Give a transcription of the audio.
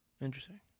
Interesting